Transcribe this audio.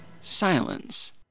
silence